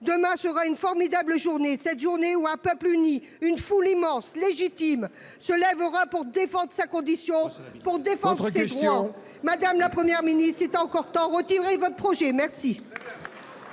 Demain sera une formidable journée, où un peuple uni, une foule immense, légitime, se lèvera pour défendre sa condition, pour défendre ses droits. Votre question ! Madame la Première ministre, il est encore temps : retirez votre projet !